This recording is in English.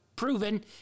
proven